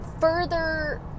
further